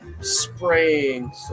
spraying